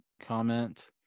comment